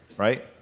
right?